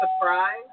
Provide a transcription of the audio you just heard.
surprise